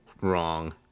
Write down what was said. wrong